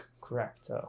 correct